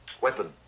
Weapon